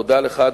תודה לך,